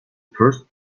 first